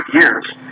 years